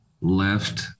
left